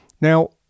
Now